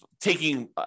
taking